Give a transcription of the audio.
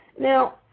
Now